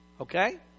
okay